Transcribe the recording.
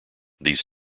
these